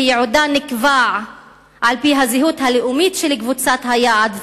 שייעודה נקבע על-פי הזהות הלאומית של קבוצת היעד,